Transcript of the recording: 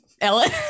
Ellen